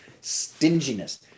Stinginess